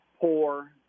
poor